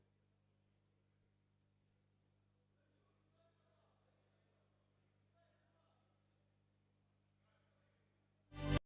Дякую